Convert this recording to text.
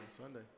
Sunday